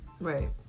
Right